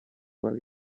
very